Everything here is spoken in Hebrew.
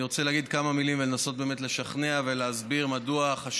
אני רוצה להגיד כמה מילים ולנסות לשכנע ולהסביר מה החשיבות